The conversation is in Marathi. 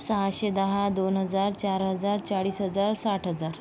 सहाशे दहा दोन हजार चार हजार चाळीस हजार साठ हजार